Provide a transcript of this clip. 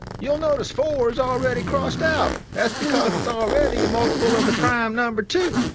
you'll notice four is already crossed out that's because it's already a multiple of the prime number two